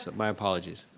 but my apologies.